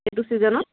এইটো ছিজনত